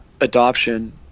adoption